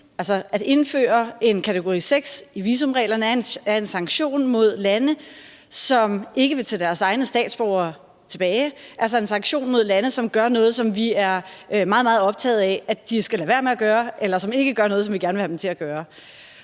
at indføre en kategori 6 i visumreglerne er en sanktion mod lande, som ikke vil tage deres egne statsborgere tilbage. Det er en sanktion mod lande, der gør noget, som vi er meget optaget af, at de skal lade være med at gøre, eller som ikke gør noget, som vi gerne vil have dem til at gøre.